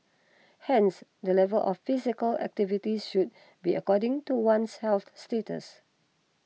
hence the level of physical activity should be according to one's health status